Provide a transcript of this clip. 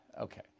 okay